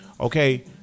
Okay